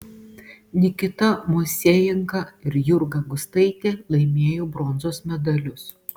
nikita moisejenka ir jurga gustaitė laimėjo bronzos medalius